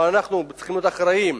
אבל אנחנו צריכים להיות אחראיים,